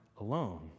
alone